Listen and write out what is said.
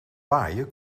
waaien